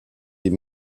est